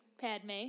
Padme